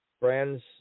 brands